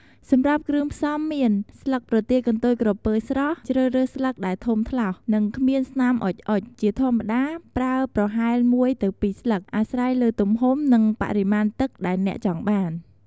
សម្រាប់គ្រឿងផ្សំមាន ស្លឹកប្រទាលកន្ទុយក្រពើស្រស់ ជ្រើសរើសស្លឹកដែលធំថ្លោស និងគ្មានស្នាមអុចៗ ជាធម្មតា ប្រើប្រហែល ១-២ ស្លឹក អាស្រ័យលើទំហំ និងបរិមាណទឹកដែលអ្នកចង់បាន។